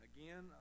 Again